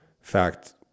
fact